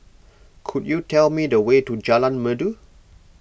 could you tell me the way to Jalan Merdu